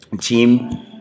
team